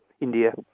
India